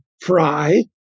fry